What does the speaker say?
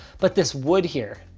but this wood here.